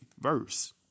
verse